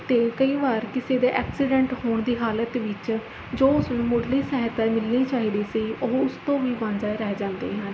ਅਤੇ ਕਈ ਵਾਰ ਕਿਸੀ ਦੇ ਐਕਸੀਡੈਂਟ ਹੋਣ ਦੀ ਹਾਲਤ ਵਿੱਚ ਜੋ ਉਸ ਨੂੰ ਮੁੱਢਲੀ ਸਹਾਇਤਾ ਮਿਲਣੀ ਚਾਹੀਦੀ ਸੀ ਉਹ ਉਸ ਤੋਂ ਵੀ ਵਾਂਝਾ ਰਹਿ ਜਾਂਦੇ ਹਨ